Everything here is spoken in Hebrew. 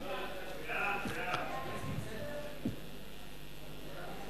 ההצעה להעביר